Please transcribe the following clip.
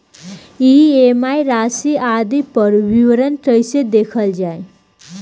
EMI राशि आदि पर विवरण कैसे देखल जाइ?